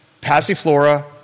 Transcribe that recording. Passiflora